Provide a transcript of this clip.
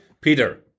Peter